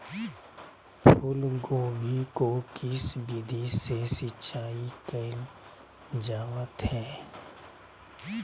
फूलगोभी को किस विधि से सिंचाई कईल जावत हैं?